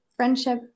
Friendship